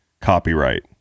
copyright